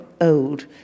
old